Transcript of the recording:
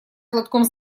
платком